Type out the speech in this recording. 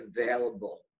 available